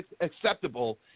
acceptable